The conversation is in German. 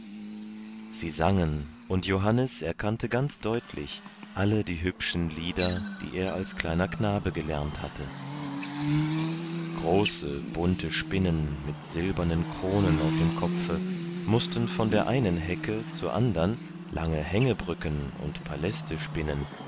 sie sangen und johannes erkannte ganz deutlich alle die hübschen lieder die er als kleiner knabe gelernt hatte große bunte spinnen mit silbernen kronen auf dem kopfe mußten von der einen hecke zur andern lange hängebrücken und paläste spinnen